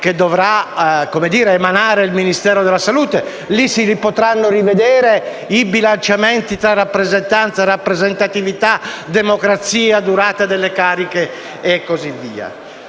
che dovrà emanare il Ministero della salute: lì si potranno rivedere i bilanciamenti tra rappresentanza, rappresentatività, democrazia, durata delle cariche e così via.